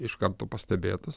iš karto pastebėtas